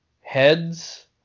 heads